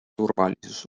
turvalisus